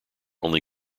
only